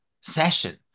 session